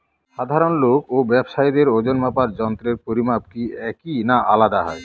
সাধারণ লোক ও ব্যাবসায়ীদের ওজনমাপার যন্ত্রের পরিমাপ কি একই না আলাদা হয়?